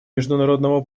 международного